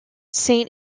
saint